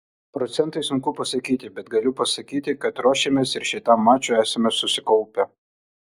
procentais sunku pasakyti bet galiu pasakyti kad ruošėmės ir šitam mačui esame susikaupę